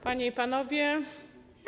Panie i Panowie!